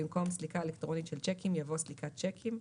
במקום "סליקה אלקטרונית של שיקים" יבוא "סליקת שיקים".